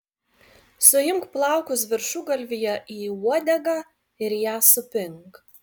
suimk plaukus viršugalvyje į uodegą ir ją supink